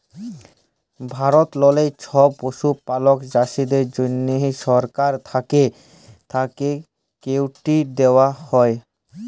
ভারতেললে ছব পশুপালক চাষীদের জ্যনহে সরকার থ্যাকে কেরডিট দেওয়া হ্যয়